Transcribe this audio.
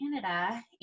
Canada